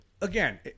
again